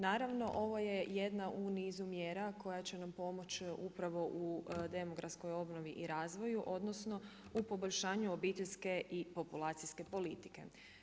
Naravno, ovo je jedna u nizu mjera koja će nam pomoći upravo u demografskoj obnovi i razvoj odnosno u poboljšanju obiteljske i populacijske politike.